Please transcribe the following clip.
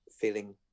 feeling